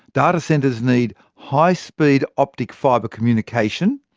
data centres need high-speed optic fibre communication,